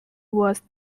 was